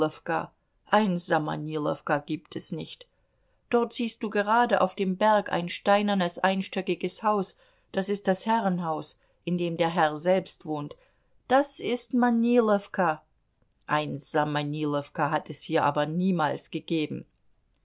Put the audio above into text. ein samanilowka gibt es nicht dort siehst du gerade auf dem berg ein steinernes einstöckiges haus das ist das herrenhaus in dem der herr selbst wohnt das ist manilowka ein samanilowka hat es hier aber niemals gegeben